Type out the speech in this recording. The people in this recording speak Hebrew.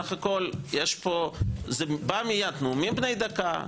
יש נאומים בני דקה,